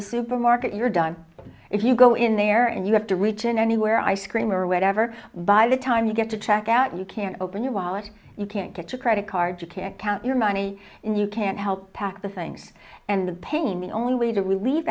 the supermarket you're done if you go in there and you have to reach in anywhere ice cream or whatever by the time you get to check out you can open your wallet you can't get a credit card to to count your money and you can't help pack the things and the pain the only way to relieve